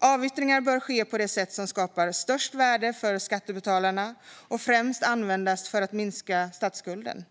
Avyttringar bör ske på det sätt som skapar störst värde för skattebetalarna och främst användas för att minska statsskulden.